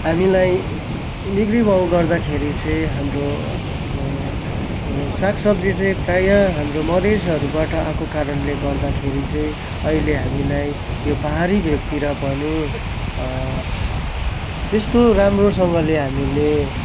हामीलाई बिक्री भाउ गर्दाखेरि चाहिँ हाम्रो साग सब्जी चाहिँ प्रायः हाम्रो मधेसहरूबाट आएको कारणले गर्दाखेरि चाहिँ अहिले हामीलाई यो पाहाडी भेकतिर पनि त्यस्तो राम्रोसँगले हामीले